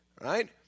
right